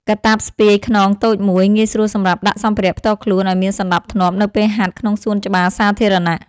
កាតាបស្ពាយខ្នងតូចមួយ ងាយស្រួលសម្រាប់ដាក់សម្ភារៈផ្ទាល់ខ្លួនឱ្យមានសណ្ដាប់ធ្នាប់នៅពេលហាត់ក្នុងសួនច្បារសាធារណៈ។